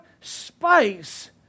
space